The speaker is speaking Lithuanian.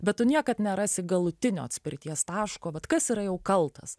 bet tu niekad nerasi galutinio atspirties taško vat kas yra jau kaltas